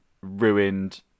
ruined